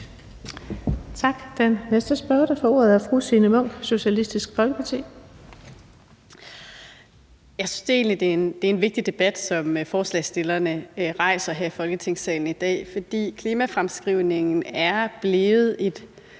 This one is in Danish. Tak. Den næste spørger, der får ordet, er fru Signe Munk, Socialistisk Folkeparti. Kl. 15:29 Signe Munk (SF): Det er en vigtig debat, som forslagsstillerne rejser her i Folketingssalen i dag, fordi klimafremskrivningen er blevet et